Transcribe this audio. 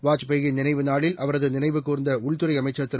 வாஜ்பாய் நினைவு நாளில் அவரை நினைவு கூர்ந்த உள்துறை அமைச்சர் திரு